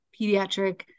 pediatric